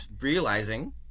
realizing